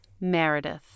Meredith